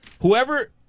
whoever